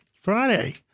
Friday